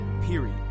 Period